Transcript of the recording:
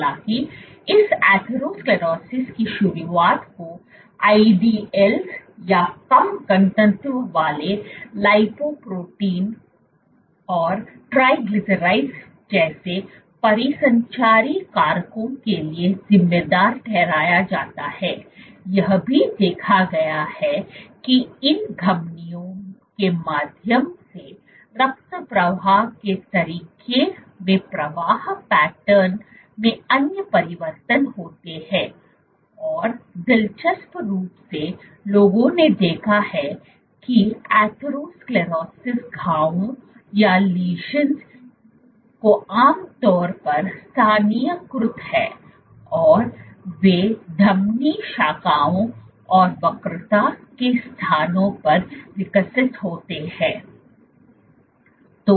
हालांकि इस एथेरोस्क्लेरोसिस की शुरुआत को IDLs या कम घनत्व वाले लिपोप्रोटीन और ट्राइग्लिसराइड्स जैसे परिसंचारी कारकों के लिए जिम्मेदार ठहराया जाता है यह भी देखा गया है कि इन धमनियों के माध्यम से रक्त प्रवाह के तरीके में प्रवाह पैटर्न में अन्य परिवर्तन होते हैं और दिलचस्प रूप से लोगों ने देखा है कि एथेरोस्क्लेरोसिस घावों nको आमतौर पर स्थानीयकृत हैं और वे धमनी शाखाओं और वक्रता के स्थानों पर विकसित होते हैं